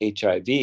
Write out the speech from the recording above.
HIV